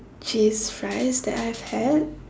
cheese fries that I've had